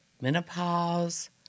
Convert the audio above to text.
menopause